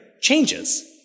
changes